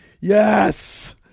yes